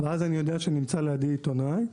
ואז אני ידוע שנמצא לידי עיתונאי,